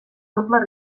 doble